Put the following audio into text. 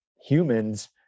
humans